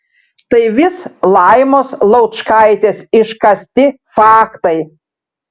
tai vis laimos laučkaitės iškasti faktai